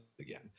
again